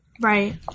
right